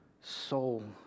soul